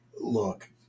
look